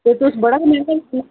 ते तुस बड़ा मैंंह्गा दस्सै ने